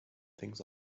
things